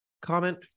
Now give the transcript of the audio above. Comment